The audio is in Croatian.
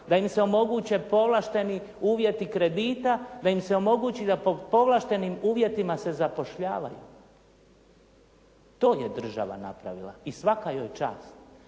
da im se omoguće povlašteni uvjeti kredita, da im se omogući da po povlaštenim uvjetima se zapošljavaju. To je država napravila i svaka joj čast.